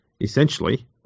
essentially